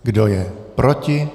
Kdo je proti?